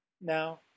now